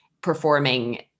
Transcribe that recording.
performing